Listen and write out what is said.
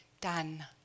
done